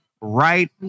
right